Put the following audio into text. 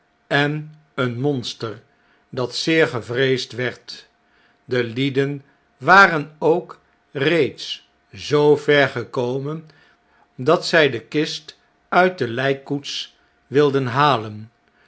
en een monster dat zeer gevreesd werd de lieden waren ook reeds zoo ver gekomen dat zij de kist uit de lflkkoets wilden halen